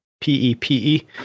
P-E-P-E